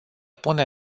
pune